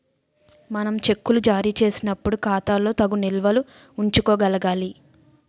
మనం చెక్కులు జారీ చేసినప్పుడు ఖాతాలో తగు నిల్వలు ఉంచుకోగలగాలి